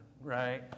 right